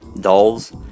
dolls